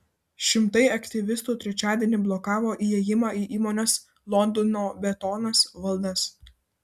šimtai aktyvistų trečiadienį blokavo įėjimą į įmonės londono betonas valdas